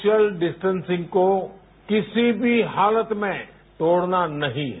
social distancing को किसी भी हालत में तोड़ना नहीं है